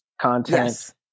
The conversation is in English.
content